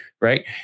right